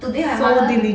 today my mother